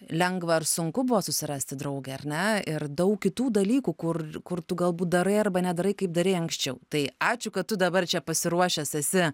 lengva ar sunku buvo susirasti draugę ar ne ir daug kitų dalykų kur kur tu galbūt darai arba nedarai kaip darei anksčiau tai ačiū kad tu dabar čia pasiruošęs esi